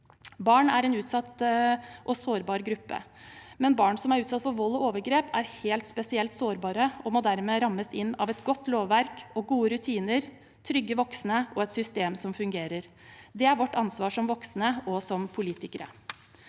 Barn er en utsatt og sårbar gruppe, men barn som er utsatt for vold og overgrep, er helt spesielt sårbare og må dermed rammes inn av et godt lovverk og gode rutiner, trygge voksne og et system som fungerer. Det er vårt ansvar som voksne og som politikere.